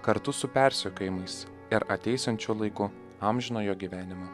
kartu su persekiojimais ir ateisiančiu laiku amžinojo gyvenimo